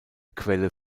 quelle